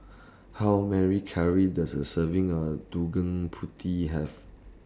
How Mary Calories Does A Serving of Putih Have